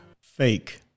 fake